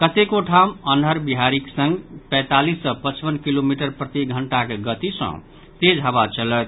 कतेको ठाम अन्हर बिहारिक संग पैंतालीस सॅ पचपन किलोमीटर प्रतिघंटाक गति सॅ तेज हवा चलत